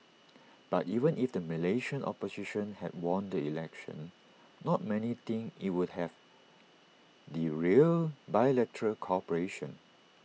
but even if the Malaysian opposition had won the election not many think IT would have derailed bilateral cooperation